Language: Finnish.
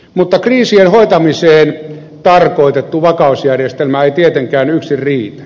mutta kriisien hoitamiseen tarkoitettu vakausjärjestelmä ei tietenkään yksin riitä